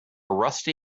rusty